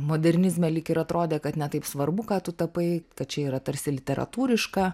modernizme lyg ir atrodė kad ne taip svarbu ką tu tapai kad čia yra tarsi literatūriška